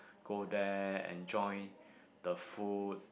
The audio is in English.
go there enjoy the food